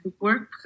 work